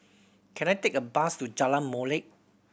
can I take a bus to Jalan Molek